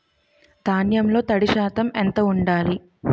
ధాన్యంలో తడి శాతం ఎంత ఉండాలి?